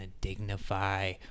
dignify